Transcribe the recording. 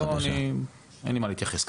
לא, אין לי מה להתייחס.